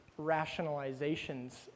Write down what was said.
rationalizations